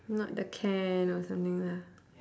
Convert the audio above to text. not the can or something lah